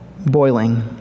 boiling